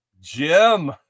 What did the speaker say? Jim